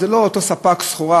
זה לא אותו ספק סחורה